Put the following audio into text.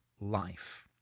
life